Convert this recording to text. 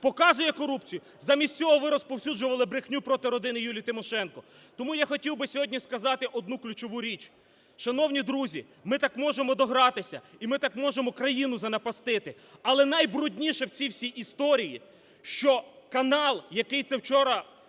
показує корупцію, замість цього ви розповсюджували брехню проти родини Юлії Тимошенко. Тому я хотів би сьогодні сказати одну ключову річ. Шановні друзі, ми так можемо догратися і ми так можемо країну занапастити. Але найбрудніше в цій всій історії, що канал, який це вчора